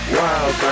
wild